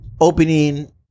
opening